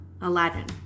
Aladdin